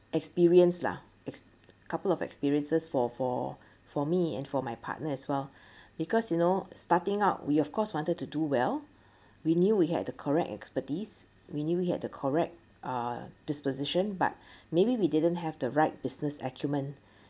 experience lah ex~ couple of experiences for for for me and for my partner as well because you know starting out we of course wanted to do well we knew we had the correct expertise we knew he had the correct uh disposition but maybe we didn't have the right business acumen